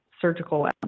surgical